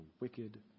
wicked